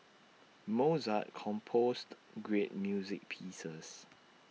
Mozart composed great music pieces